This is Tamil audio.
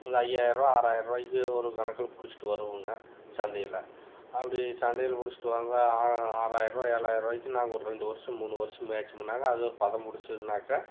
இந்த ஐயாயிர்ரூவா ஆறாயிர்ரூவாய்க்கு ஒரு கணக்கில் பிடிச்சிட்டு வருவோங்க சந்தையில் அப்படி சந்தையில் பிடிச்சிட்டு வந்தால் ஆ ஆறாயிர்ரூவா ஏழாயிர்ருவாய்க்கு நாங்கள் ஒரு ரெண்டு வருஷம் மூணு வருஷம் மேய்த்தமுன்னாங்க அது ஒரு பதம் பிடிச்சுதுன்னாக்க